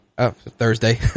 Thursday